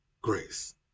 grace